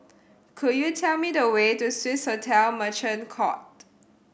could you tell me the way to Swissotel Merchant Court